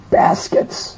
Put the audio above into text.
baskets